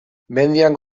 mendian